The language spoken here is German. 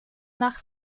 nach